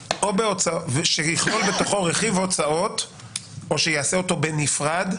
שיכלול בתוכו רכיב הוצאות או שיעשה אותו בנפרד,